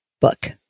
book